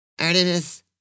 Artemis